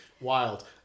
Wild